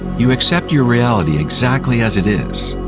you accept your reality exactly as it is